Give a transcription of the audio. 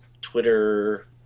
Twitter